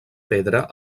pedra